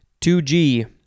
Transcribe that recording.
2G